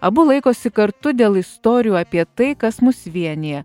abu laikosi kartu dėl istorijų apie tai kas mus vienija